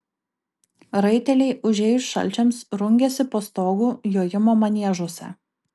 raiteliai užėjus šalčiams rungiasi po stogu jojimo maniežuose